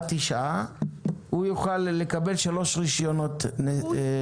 הוא יוכל לקבל שלושה רישיונות למונית.